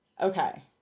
Okay